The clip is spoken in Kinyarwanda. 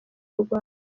rwanda